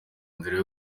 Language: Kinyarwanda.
nzira